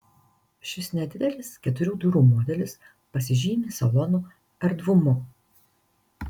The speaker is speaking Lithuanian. šis nedidelis keturių durų modelis pasižymi salono erdvumu